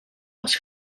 was